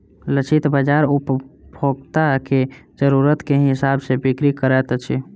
लक्षित बाजार उपभोक्ता के जरुरत के हिसाब सॅ बिक्री करैत अछि